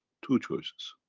two choices.